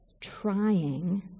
trying